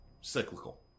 cyclical